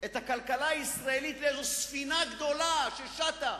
את הכלכלה הישראלית לספינה גדולה ששטה